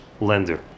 lender